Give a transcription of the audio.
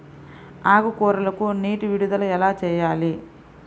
ఆకుకూరలకు నీటి విడుదల ఎలా చేయాలి?